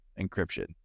encryption